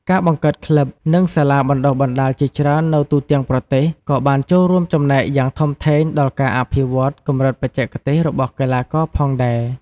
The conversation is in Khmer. ការបង្កើតក្លឹប និងសាលាបណ្ដុះបណ្ដាលជាច្រើននៅទូទាំងប្រទេសក៏បានចូលរួមចំណែកយ៉ាងធំធេងដល់ការអភិវឌ្ឍន៍កម្រិតបច្ចេកទេសរបស់កីឡាករផងដែរ។